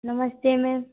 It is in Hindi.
नमस्ते मेम